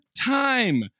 time